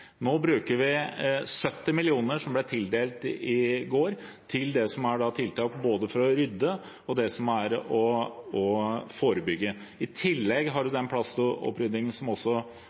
Nå bruker vi 70 mill. kr, som ble tildelt i går, til tiltak både for å rydde og for å forebygge. I tillegg har